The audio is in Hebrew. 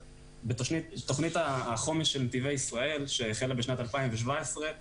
בתוכנית החומש של נתיבי ישראל שהחלה בשנת 2017,